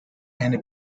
eine